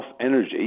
energy